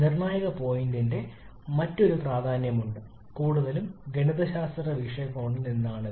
നിർണ്ണായക പോയിന്റിന്റെ മറ്റൊരു പ്രാധാന്യമുണ്ട് കൂടുതലും ഗണിതശാസ്ത്ര വീക്ഷണകോണിൽ നിന്നാണ് ഇത്